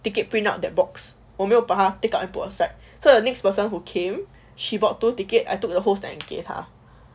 ticket print out that box 我没有把他 take out and put aside so the next person who came she bought two ticket and I took the whole stack and 给他